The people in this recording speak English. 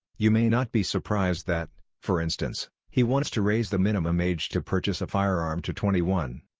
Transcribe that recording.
you may not be surprised that, for instance, he wants to raise the minimum age to purchase a firearm to twenty one.